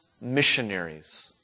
missionaries